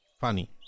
funny